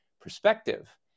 perspective